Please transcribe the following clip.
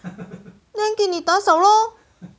then 给你打扫 lor